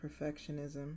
perfectionism